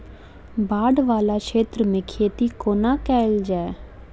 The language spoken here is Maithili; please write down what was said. बाढ़ वला क्षेत्र मे खेती कोना कैल जाय?